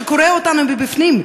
שקורע אותנו מבפנים,